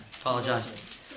apologize